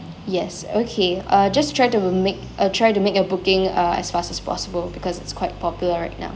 yes okay uh just try to make uh try to make a booking uh as fast as possible because it's quite popular right now